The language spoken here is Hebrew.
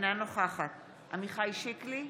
אינה נוכחת עמיחי שיקלי,